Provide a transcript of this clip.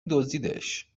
دزدیدش